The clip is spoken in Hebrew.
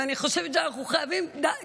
ואני חושבת שאנחנו חייבים, די.